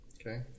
Okay